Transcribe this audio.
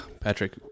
Patrick